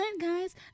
guys